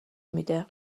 میده